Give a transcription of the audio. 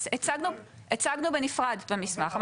הצגנו בנפרד בתוך המסמך.